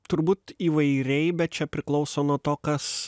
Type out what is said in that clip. turbūt įvairiai bet čia priklauso nuo to kas